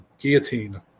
guillotine